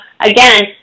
again